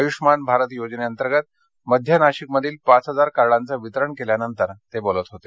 आयुष्यमान भारत योजने अंतर्गत मध्य नाशिकमधील पाच हजार कार्डाचं वितरण केल्यानंतर ते बोलत होते